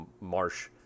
marsh